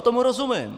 Tomu rozumím.